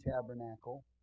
tabernacle